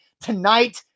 Tonight